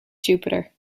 jupiter